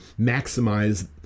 maximize